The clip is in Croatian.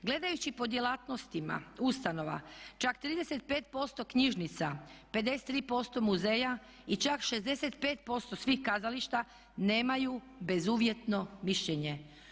Gledajući po djelatnostima ustanova čak 35% knjižnica, 53% muzeja i čak 65% svih kazališta nemaju bezuvjetno mišljenje.